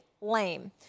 Lame